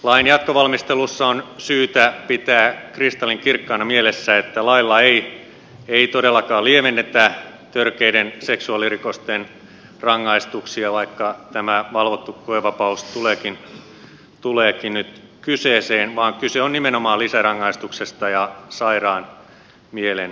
lain jatkovalmistelussa on syytä pitää kristallinkirkkaana mielessä että lailla ei todellakaan lievennetä törkeiden seksuaalirikosten rangaistuksia vaikka tämä valvottu koevapaus tuleekin nyt kyseeseen vaan kyse on nimenomaan lisärangaistuksesta ja sairaan mielen hoitamisesta